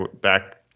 back